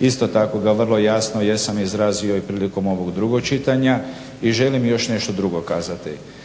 Isto tako ga vrlo jasno jesam izrazio i prilikom ovog 2. čitanja. I želim i još nešto drugo kazati,